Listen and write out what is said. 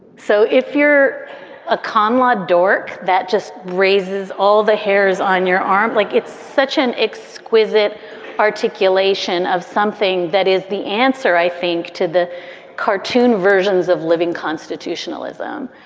so if you're a conlogue dork, that just raises all the hairs on your arm like it's such an exquisite articulation of something. that is the answer, i think, to the cartoon versions of living constitutionalism.